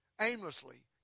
aimlessly